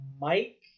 Mike